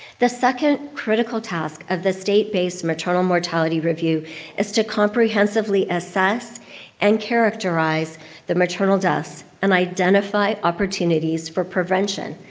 the second critical task of the state-based maternal mortality review is to comprehensively assess and characterize the maternal deaths and identify opportunities for prevention.